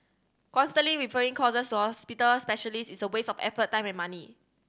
constantly referring causes to hospital specialists is a waste of effort time and money